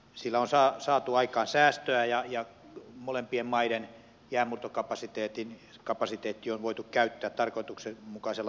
sillä on saatu aikaan säästöä ja molempien maiden jäänmurtokapasiteetti on voitu käyttää tarkoituksenmukaisella tavalla